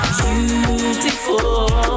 beautiful